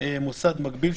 מוסד מקביל,